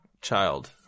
child